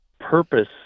purpose